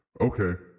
Okay